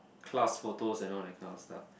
class photo and all that kind of stuff